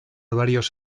varios